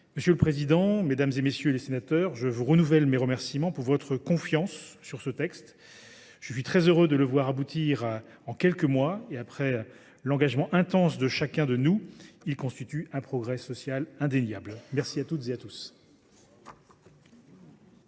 Monsieur le président, mesdames, messieurs les sénateurs, je vous renouvelle mes remerciements pour votre confiance sur ce texte. Je suis très heureux de le voir aboutir en quelques mois et après l’engagement intense de chacun de nous. Il constitue un progrès social indéniable. Bravo ! La parole